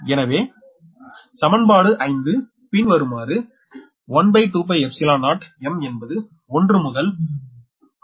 எனவே சமன்பாடு 5 பின்வருமாறு 120m என்பது 1 முதல் 4 qmln D24D14